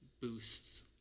boosts